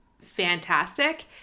fantastic